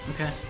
Okay